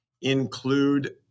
include